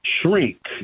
shrink